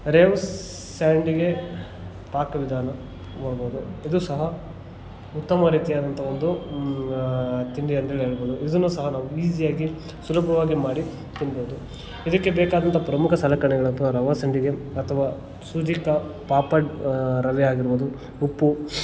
ರೇವ್ಸ್ ಸಂಡಿಗೆ ಪಾಕ ವಿಧಾನ ನೋಡ್ಬೋದು ಇದು ಸಹ ಉತ್ತಮ ರೀತಿಯಾದಂಥ ಒಂದು ತಿಂಡಿ ಅಂತಲೆ ಹೇಳ್ಬೋದು ಇದನ್ನು ಸಹ ಈಸಿಯಾಗಿ ಸುಲಭವಾಗಿ ಮಾಡಿ ತಿನ್ಬೌದು ಇದಕ್ಕೆ ಬೇಕಾದಂಥ ಪ್ರಮುಖ ಸಲಕರಣೆಗಳಾಂತ ರವೆ ಸಂಡಿಗೆ ಅಥವಾ ಸೂಜಿ ಕಾ ಪಾಪಡ್ ರವೆ ಆಗಿರ್ಬೋದು ಉಪ್ಪು